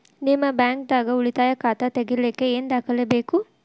ನಿಮ್ಮ ಬ್ಯಾಂಕ್ ದಾಗ್ ಉಳಿತಾಯ ಖಾತಾ ತೆಗಿಲಿಕ್ಕೆ ಏನ್ ದಾಖಲೆ ಬೇಕು?